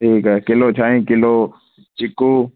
ठीकु आहे किलो छाईं किलो चीकू